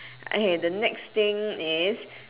okay the next thing is